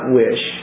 wish